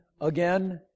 again